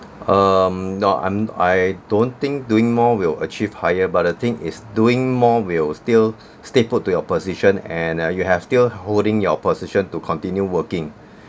um not and I don't think doing more will achieve higher but the thing is doing more will still stay put to your position and uh you have still holding your position to continue working